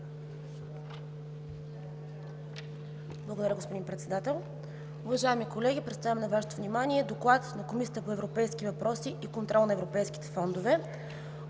Благодаря, господин Председател. Уважаеми колеги, представям на Вашето внимание „ДОКЛАД на Комисията по европейските въпроси и контрол на европейските фондове